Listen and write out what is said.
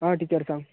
आ teacher सांग